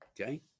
okay